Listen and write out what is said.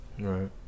Right